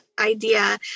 idea